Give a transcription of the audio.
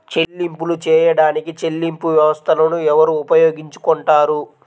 చెల్లింపులు చేయడానికి చెల్లింపు వ్యవస్థలను ఎవరు ఉపయోగించుకొంటారు?